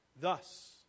Thus